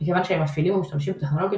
מכיוון שהם מפעילים או משתמשים בטכנולוגיות,